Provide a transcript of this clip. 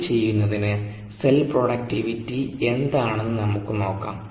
അത് ചെയ്യുന്നതിന് cell productivity എന്താണെന്ന് നമുക്ക് നോക്കാം